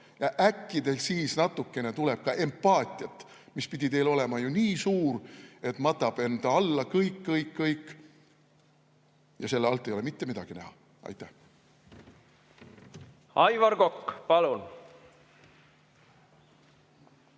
Äkki teil siis natukene tekib ka empaatiat, mis pidi teil olema ju nii suur, et matab enda alla kõik-kõik-kõik, ja selle alt ei ole mitte midagi näha. Aitäh! Aivar Kokk, palun!